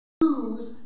lose